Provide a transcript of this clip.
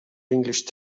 english